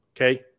Okay